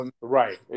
Right